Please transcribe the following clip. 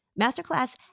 Masterclass